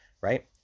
right